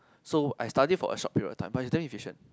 so I study for a short period of time but then is damn efficient